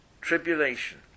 tribulation